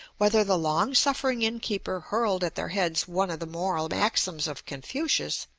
whether the long-suffering innkeeper hurled at their heads one of the moral maxims of confucius,